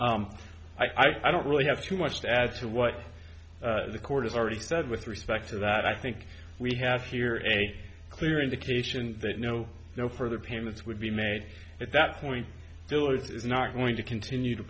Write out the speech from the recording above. that i don't really have too much to add to what the court has already said with respect to that i think we have here is a clear indication that no no further payments would be made at that point dillard's is not going to continue to